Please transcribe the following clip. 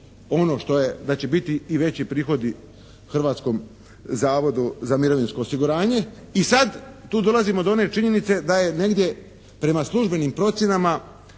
ono da će biti i veći prihodi Hrvatskom zavodu za mirovinsko osiguranje i sada tu dolazimo do one činjenice da je negdje prema službenim procjenama